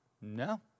no